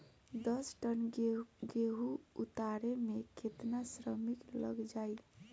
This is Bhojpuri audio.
दस टन गेहूं उतारे में केतना श्रमिक लग जाई?